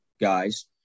guys